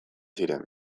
ziren